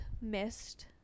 missed